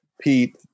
Pete